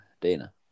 Dana